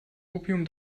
opium